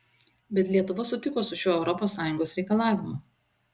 bet lietuva sutiko su šiuo europos sąjungos reikalavimu